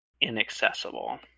inaccessible